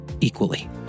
equally